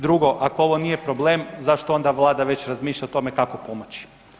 Drugo, ako ovo nije problem zašto onda Vlada već razmišlja o tome kako pomoći?